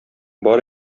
бар